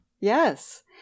Yes